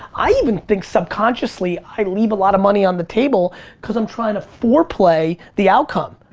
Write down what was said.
i even think subconsciously i leave a lot of money on the table cause i'm trying to foreplay the outcome.